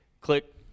click